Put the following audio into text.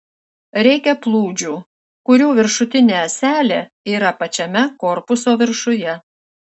reikia plūdžių kurių viršutinė ąselė yra pačiame korpuso viršuje